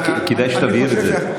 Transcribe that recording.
כדאי שתבהיר את זה.